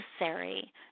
necessary